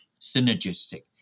synergistic